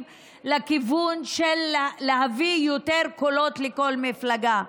לכיוון של להביא יותר קולות לכל מפלגה.